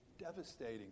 devastating